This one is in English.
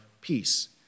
peace